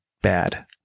bad